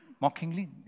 mockingly